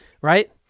right